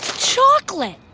chocolate!